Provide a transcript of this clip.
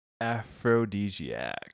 aphrodisiac